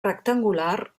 rectangular